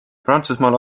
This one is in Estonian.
prantsusmaal